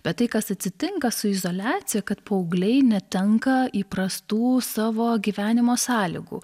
bet tai kas atsitinka su izoliacija kad paaugliai netenka įprastų savo gyvenimo sąlygų